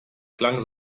klang